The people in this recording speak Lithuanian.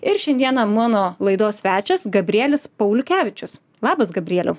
ir šiandieną mano laidos svečias gabrielis pauliukevičius labas gabrieliau